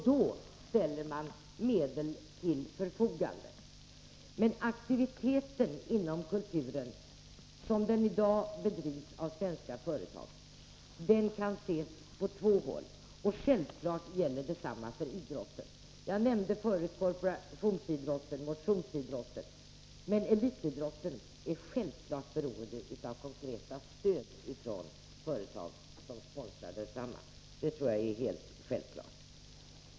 Då ställer man medel till förfogande. Men kulturaktiviteten i dag inom svenska företag kan ses på två håll. Självfallet gäller detsamma för idrotten. Jag nämnde förut korporationsidrotten och motionsidrotten. Men elitidrotten är självfallet beroende av konkret stöd från företag som sponsrar den. Det tror jag är helt självklart.